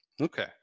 okay